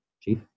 chief